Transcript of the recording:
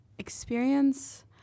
experience